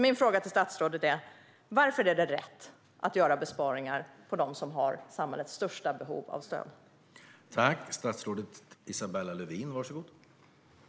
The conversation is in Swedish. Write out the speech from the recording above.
Min fråga till statsrådet är: Varför är det rätt att göra besparingar på dem som har det största behovet av samhällets stöd?